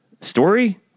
story